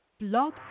blog